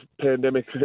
pandemic